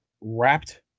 wrapped